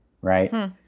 right